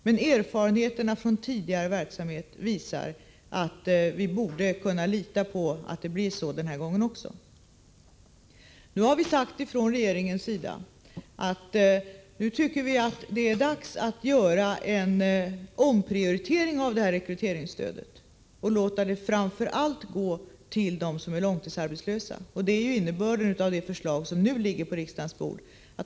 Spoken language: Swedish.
Men erfarenheterna från tidigare verksamhet visar att vi borde kunna lita på att det blir så den här gången också. Från regeringens sida har vi sagt att vi tycker att det är dags att göra en omprioritering av rekryteringsstödet och låta det gå till framför allt dem som är långtidsarbetslösa. Sådan är innebörden i det förslag som nu ligger på riksdagens bord.